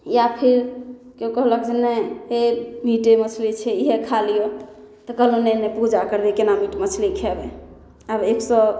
या फेर केओ कहलक जे नहि हे मीटे मछली छै इहे खा लिअऽ तऽ कहलहुँ नहि नहि पूजा करबै कोना मीट मछली खेबै आब एक सओ